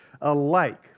alike